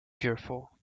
fearful